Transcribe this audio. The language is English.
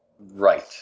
Right